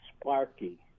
Sparky